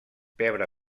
pebre